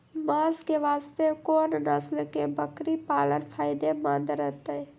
मांस के वास्ते कोंन नस्ल के बकरी पालना फायदे मंद रहतै?